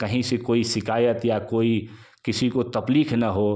कहीं से कोई शिकायत या कोई किसी को तकलीफ न हो